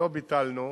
לא ביטלנו.